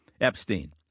Epstein